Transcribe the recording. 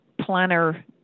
planner